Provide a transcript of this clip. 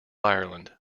ireland